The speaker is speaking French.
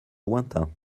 lointain